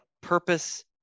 purpose